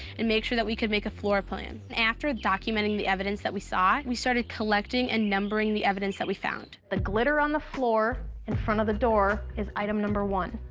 and make sure that we could make a floor plan. after documenting the evidence that we saw, we started collecting and numbering the evidence that we found. the glitter on the floor in front of the door is item number one.